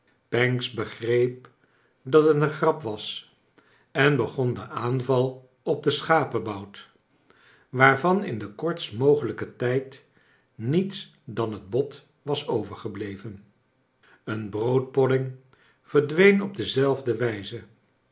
pancks begreep dat het een grap was en begon den aanval op de schapebout waarvan in den kortst mogelijken tijcl niets dan hct hot was overgebleven een broodpodding verdween op dezelfde wijze